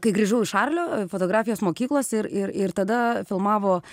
kai grįžau iš arlio fotografijos mokyklos ir ir ir tada filmavo